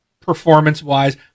performance-wise